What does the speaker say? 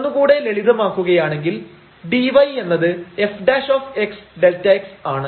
ഒന്നുകൂടെ ലളിതമാക്കുകയാണെങ്കിൽ dy എന്നത് fΔx ആണ്